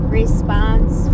response